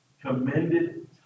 commended